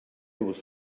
was